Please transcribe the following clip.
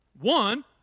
One